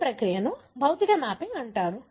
ఈ ప్రక్రియను భౌతిక మ్యాపింగ్ అంటారు